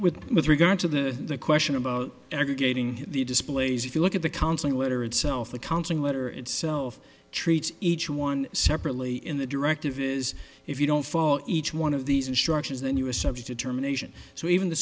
with with regard to the question about aggregating the displays if you look at the counseling letter itself the counseling letter itself treats each one separately in the directive is if you don't fall in each one of these instructions then you are subject to terminations so even the